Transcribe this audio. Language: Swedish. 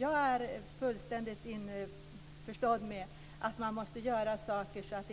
Jag är fullständigt införstådd med att man måste motverka